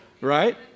right